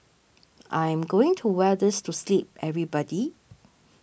I'm going to wear this to sleep everybody